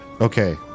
Okay